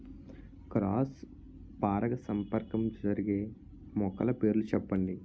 Cross పరాగసంపర్కం జరిగే మొక్కల పేర్లు చెప్పండి?